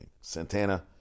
Santana